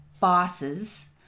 bosses